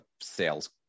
sales